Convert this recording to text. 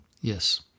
Yes